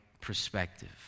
perspective